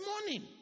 morning